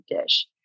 dish